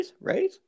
Right